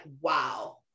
wow